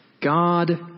God